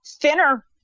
thinner